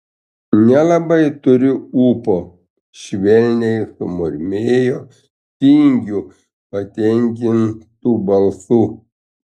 nelabai turiu ūpo švelniai sumurmėjo tingiu patenkintu balsu